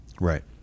Right